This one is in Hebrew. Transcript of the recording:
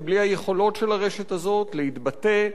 ובלי היכולות של הרשת הזאת להתבטא,